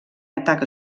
atac